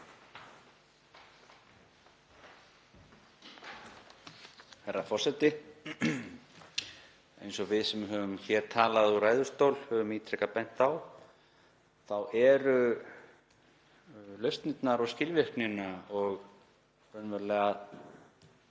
Herra forseti. Eins og við sem höfum hér talað úr ræðustól höfum ítrekað bent á þá eru lausnirnar og skilvirknin og raunverulega